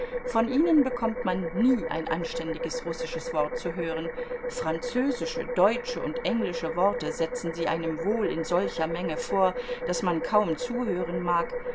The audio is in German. von ihnen bekommt man nie ein anständiges russisches wort zu hören französische deutsche und englische worte setzen sie einem wohl in solcher menge vor daß man kaum zuhören mag